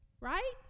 Right